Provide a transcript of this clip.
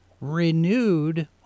renewed